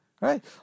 Right